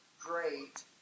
great